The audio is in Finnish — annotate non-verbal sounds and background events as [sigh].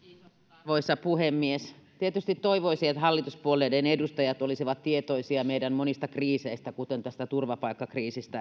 arvoisa puhemies tietysti toivoisi että hallituspuolueiden edustajat olisivat tietoisia meidän monista kriiseistä kuten tästä turvapaikkakriisistä [unintelligible]